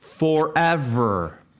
forever